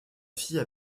fille